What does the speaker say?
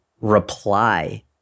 reply